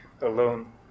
alone